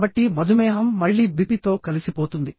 కాబట్టి మధుమేహం మళ్ళీ బిపి తో కలిసిపోతుంది